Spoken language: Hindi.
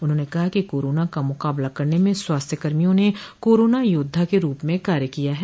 उन्होंने कहा कि कोरोना का मुकाबला करने में स्वास्थ्य कर्मिया ने कोरोना योद्वा के रूप में कार्य किया है